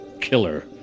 killer